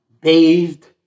bathed